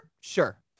Sure